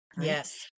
Yes